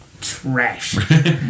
trash